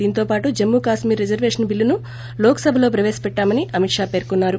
దీంతో పాటు జమ్మూ కశ్మీర్ రిజర్వేషన్ బిల్లును లోక్సభలో ప్రపేశపెట్టామని అమిత్ షా పేర్కొన్నారు